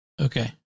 Okay